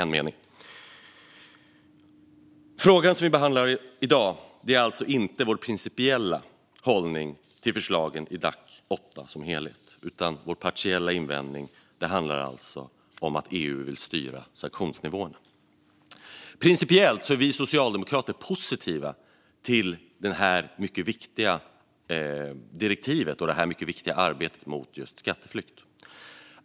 Den fråga som vi behandlar i dag är alltså inte vår principiella hållning till förslagen i DAC 8 som helhet utan vår partiella invändning mot att EU vill styra sanktionsnivåerna. Principiellt är vi socialdemokrater positiva till det mycket viktiga direktivet och arbetet mot skatteflykt.